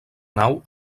nau